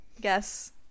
Guess